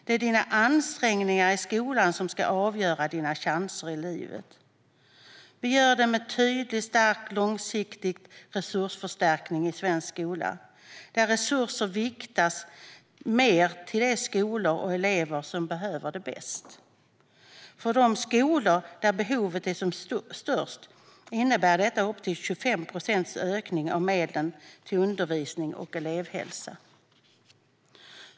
Det är ens ansträngningar i skolan som ska avgöra ens chanser i livet. Vi gör detta med en tydlig, stark och långsiktig resursförstärkning i svensk skola, där resurser viktas mer till de skolor och elever som behöver dem bäst. För de skolor där behovet är som störst innebär detta upp till 25 procents ökning av medlen till undervisning och elevhälsa.